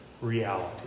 reality